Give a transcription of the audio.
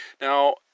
Now